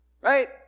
Right